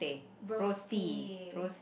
Rosti